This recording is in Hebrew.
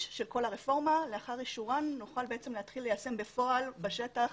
של כל הרפורמה ולאחר אישורן נוכל להתחיל ליישם בפועל בשטח